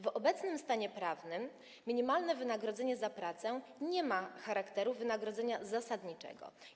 W obecnym stanie prawnym minimalne wynagrodzenie za pracę nie ma charakteru wynagrodzenia zasadniczego.